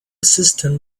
cistern